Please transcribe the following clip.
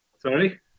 sorry